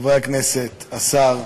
חברי הכנסת, השר,